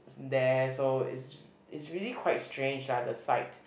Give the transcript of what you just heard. there so is is really quite strange ah the side